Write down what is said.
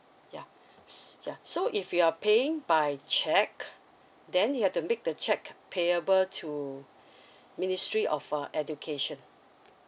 yeah yeah so if you are paying by cheque then you have to make the cheque payable to ministry of uh education